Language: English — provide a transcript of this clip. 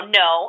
no